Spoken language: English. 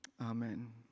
Amen